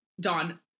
Don